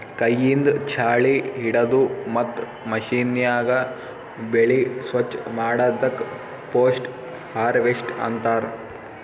ಕೈಯಿಂದ್ ಛಾಳಿ ಹಿಡದು ಮತ್ತ್ ಮಷೀನ್ಯಾಗ ಬೆಳಿ ಸ್ವಚ್ ಮಾಡದಕ್ ಪೋಸ್ಟ್ ಹಾರ್ವೆಸ್ಟ್ ಅಂತಾರ್